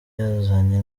yazanye